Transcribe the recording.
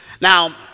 Now